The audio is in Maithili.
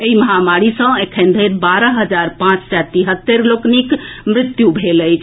एहि महामारी सँ एखन धरि बारह हजार पांच सँ तिहत्तरि लोकनिक मृत्यु भेल अछि